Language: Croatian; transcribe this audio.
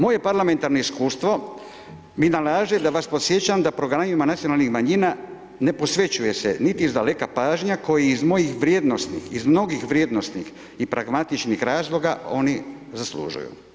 Moje parlamentarno iskustvo mi nalaže da vas podsjećam da programima nacionalnih manjina ne posvećuje se niti izdaleka pažnja koji iz mojih vrijednosnih, iz mnogih vrijednosnih i pragmatičnih razloga oni zaslužuju.